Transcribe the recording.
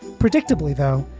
predictably, though,